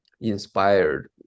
inspired